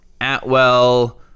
Atwell